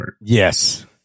Yes